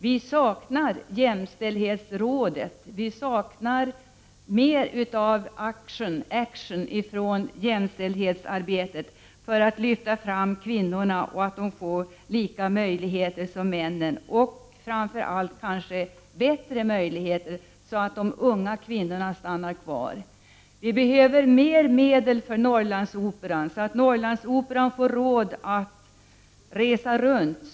Vi saknar jämställdhetsrådet, vi saknar mer av ”action” i det jämställdhetsarbete som pågår för att lyfta fram kvinnorna så att de får samma möjligheter, som männen, och framför allt kanske bättre möjligheter, så att de unga kvinnorna stannar kvar i dessa områden. Vi behöver ytterligare medel för Norrlandsoperan, så att den får råd att resa runt.